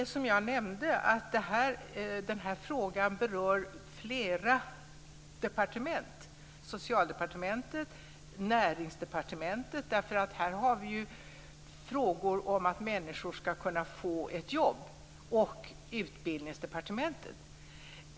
Som jag nämnde berör den här frågan flera departement: Socialdepartementet, Näringsdepartementet, eftersom det är fråga om att människor ska kunna få ett jobb, och Utbildningsdepartementet.